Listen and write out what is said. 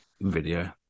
Video